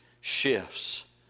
shifts